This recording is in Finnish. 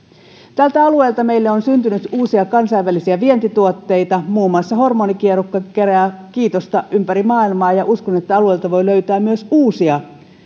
tältä alueelta meille on syntynyt uusia kansainvälisiä vientituotteita muun muassa hormonikierukka kerää kiitosta ympäri maailmaa ja uskon että alueelta voi löytää myös uusia